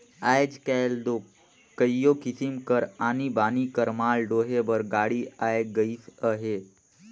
आएज काएल दो कइयो किसिम कर आनी बानी कर माल डोहे बर गाड़ी आए गइस अहे